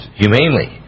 humanely